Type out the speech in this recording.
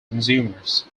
consumers